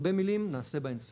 הרבה מילים, נעשה בהן סדר.